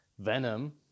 venom